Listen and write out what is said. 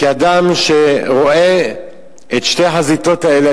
כאדם שרואה את שתי החזיתות האלה,